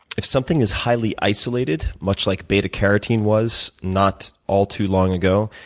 if something is highly isolated, much like beta carotene was not all too long ago.